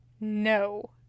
No